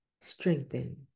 strengthen